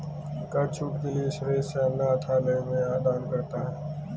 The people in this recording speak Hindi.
कर छूट के लिए सुरेश अनाथालय में दान करता है